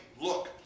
Look